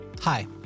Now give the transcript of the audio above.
Hi